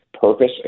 purpose